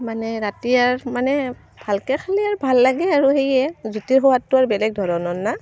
মানে ৰাতি আৰু মানে ভালকৈ খালে আৰু ভাল লাগে আৰু সেইয়ে জুতিৰ সোৱাদটো বেলেগ ধৰণৰ না